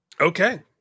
Okay